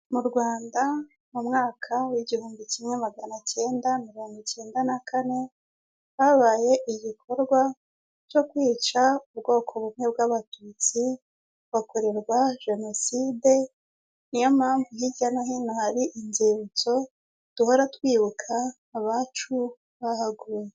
Mu Rwanda mu mwaka w'igihumbi kimwe magana cyenda mirongo icyenda na kane, habaye igikorwa cyo kwica ubwoko bumwe bw'abatutsi, bakorerwa jenoside, niyo mpamvu hirya no hino hari inzibutso, duhora twibuka abacu bahaguye.